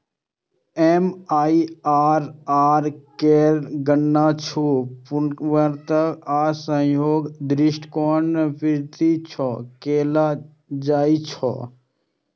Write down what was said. MIRR केर गणना छूट, पुनर्निवेश आ संयोजन दृष्टिकोणक पद्धति सं कैल जाइ छै